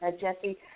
Jesse